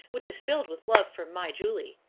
which is filled with love for my julie.